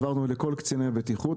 העברנו לכל קציני הבטיחות.